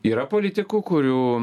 yra politikų kurių